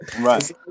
right